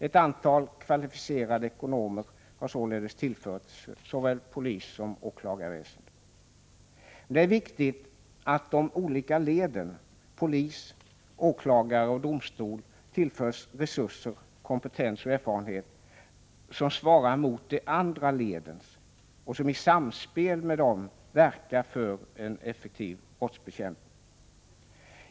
Ett antal kvalificerade ekonomer har således tillförts såväl polisen som åklagarväsendet. Men det är viktigt att de olika leden — polis, åklagare, domstol — tillförs resurser, kompetens, erfarenhet m.m. som svarar mot de andra ledens och som i samspel med dem verkar för en effektiv brottsbekämpning.